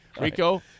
Rico